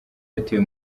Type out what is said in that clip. yateye